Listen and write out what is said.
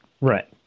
Right